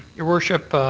your worship,